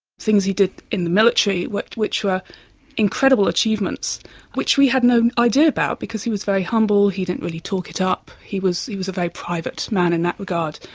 things he did in the military which were incredible achievements which we had no idea about because he was very humble, he didn't really talk it up. he was he was a very private man in that regard.